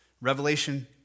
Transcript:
Revelation